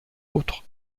autres